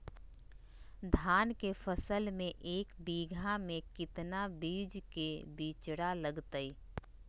धान के फसल में एक बीघा में कितना बीज के बिचड़ा लगतय?